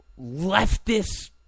leftist